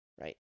right